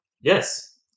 Yes